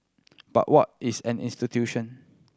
but what is an institution